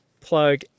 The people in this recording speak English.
plug